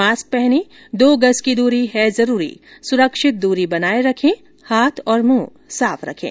mask पहनें दो गज की दूरी है जरूरी सुरक्षित दूरी बनाए रखें हाथ और मुंह साफ रखें